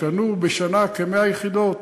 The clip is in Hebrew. שקנו בשנה כ-100 יחידות